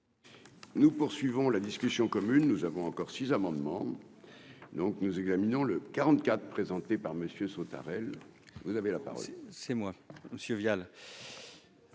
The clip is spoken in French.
Nous poursuivons la discussion commune, nous avons encore six amendements donc nous examinons le quarante-quatre présenté par Messieurs Sautarel, vous avez la parole. C'est moi Monsieur Vial.